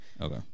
Okay